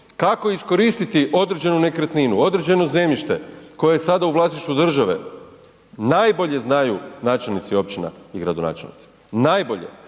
kako iskoristiti određenu nekretninu, određeno zemljište koje je sada u vlasništvu države, najbolje znaju načelnici općina i gradonačelnici, najbolje.